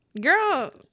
Girl